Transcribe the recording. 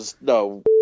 no